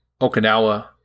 Okinawa